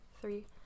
Three